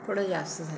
थोडं जास्त झा